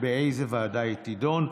התשפ"ב 2022,